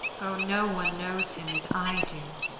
oh, no one knows him as i do!